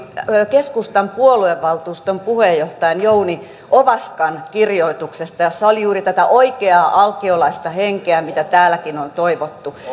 keskustan puoluevaltuuston puheenjohtajan jouni ovaskan kirjoituksesta jossa oli juuri tätä oikeaa alkiolaista henkeä mitä täälläkin on toivottu